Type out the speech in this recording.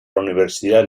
universidad